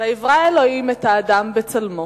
" ויברא אלוהים את האדם בצלמו,